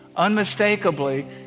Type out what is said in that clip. unmistakably